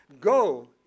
Go